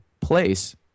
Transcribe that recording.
place